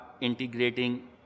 integrating